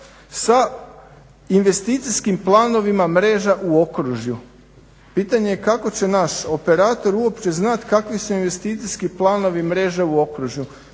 sa investicijskim planovima mreža u okružju. Pitanje je kako će naš operator uopće znati kakvi su investicijski planovi mreža u okružju?